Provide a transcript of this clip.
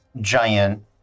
giant